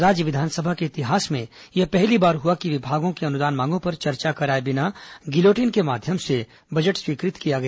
राज्य विधानसभा के इतिहास में यह पहली बार हुआ कि विभागों की अनुदान मांगों पर चर्चा कराए बिना गिलोटिन के माध्यम से बजट स्वीकृत किया गया